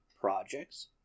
Projects